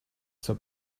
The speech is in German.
zur